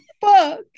fuck